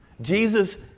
Jesus